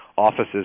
Offices